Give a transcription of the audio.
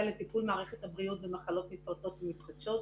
לטיפול מערכת הבריאות במחלות מתפרצות ומתחדשות.